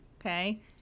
Okay